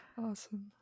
awesome